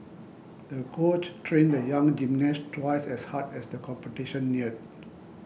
the coach trained the young gymnast twice as hard as the competition neared